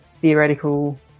theoretical